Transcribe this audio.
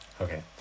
Okay